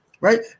Right